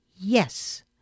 Yes